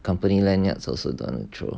company lanyards also don't want to throw